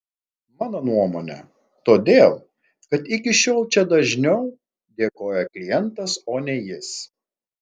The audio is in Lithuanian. mano nuomone todėl kad iki šiol čia dažniau dėkoja klientas o ne jis